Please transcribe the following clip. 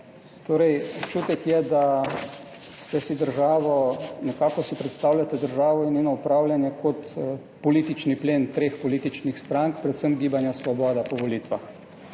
Torej, občutek je, da si nekako predstavljate državo in njeno upravljanje kot politični plen treh političnih strank, predvsem Gibanja Svoboda po volitvah.